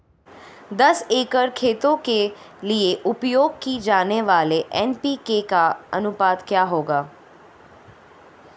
दस एकड़ खेती के लिए उपयोग की जाने वाली एन.पी.के का अनुपात क्या होगा?